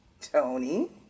Tony